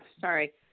sorry